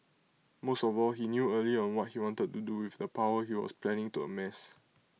most of all he knew early on what he wanted to do with the power he was planning to amass